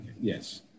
yes